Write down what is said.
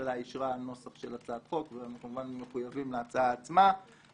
שהממשלה אישרה נוסח של הצעת חוק ואנחנו כמובן מחויבים להצעה עצמה.